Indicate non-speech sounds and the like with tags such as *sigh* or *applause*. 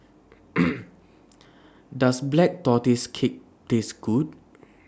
*noise* Does Black tortoises Cake Taste Good